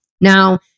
Now